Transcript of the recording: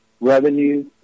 revenue